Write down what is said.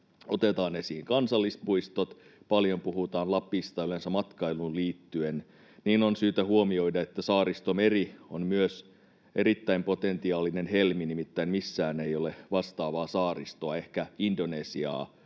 otetaan esiin kansallispuistot ja paljon puhutaan Lapista yleensä matkailuun liittyen, niin on syytä huomioida, että Saaristomeri on myös erittäin potentiaalinen helmi, nimittäin missään ei ole vastaavaa saaristoa — ehkä Indonesiaa